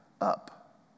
up